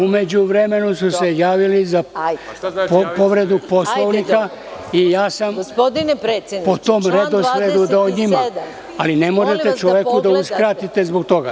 U međuvremenu su se javili za povredu Poslovnika i ja sam po tom redosledu dao njima, ali ne možete čoveku da uskratite zbog toga…